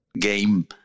game